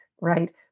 right